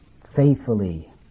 faithfully